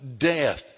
death